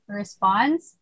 response